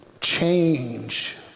change